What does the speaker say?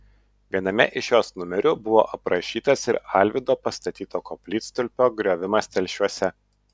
viename iš jos numerių buvo aprašytas ir alvydo pastatyto koplytstulpio griovimas telšiuose